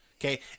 Okay